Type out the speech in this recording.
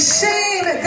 shame